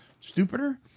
Stupider